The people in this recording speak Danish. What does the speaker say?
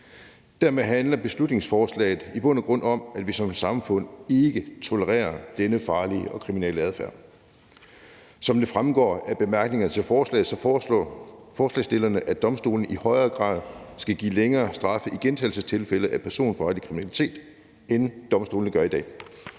Dermed handler beslutningsforslaget i bund og grund om, at vi som samfund ikke tolererer denne farlige kriminelle adfærd. Som det fremgår af bemærkningerne til forslaget, foreslår forslagsstillerne, at domstolene i højere grad, end domstolene gør i dag, skal give længere straffe i gentagelsestilfælde af personfarlig kriminalitet. Desuden fremgår det